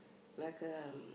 like the